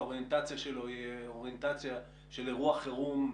האוריינטציה שלו היא אוריינטציה של אירוע חירום,